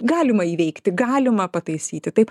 galima įveikti galima pataisyti taip